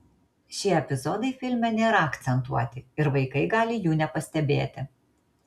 šie epizodai filme nėra akcentuoti ir vaikai gali jų nepastebėti